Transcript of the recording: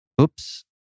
Oops